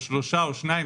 או שלושה או שניים,